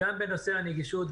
גם בנושא הנגישות,